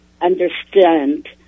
understand